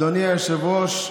אדוני היושב-ראש,